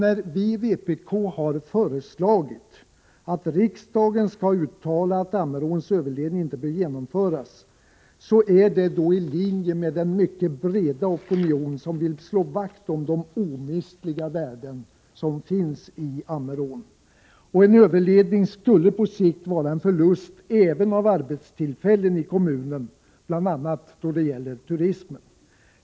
När vpk har föreslagit att riksdagen bör uttala att Ammeråns överledning inte bör komma till stånd är detta i linje med den mycket breda opinion som vill slå vakt om de omistliga värden som finns i Ammerån. En överledning skulle på sikt vara en förlust även av arbetstillfällen i kommunen, bl.a. då det gäller turismen.